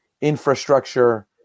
infrastructure